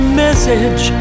message